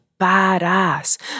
badass